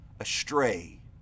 astray